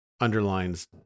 underlines